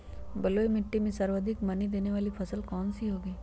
बलुई मिट्टी में सर्वाधिक मनी देने वाली फसल कौन सी होंगी?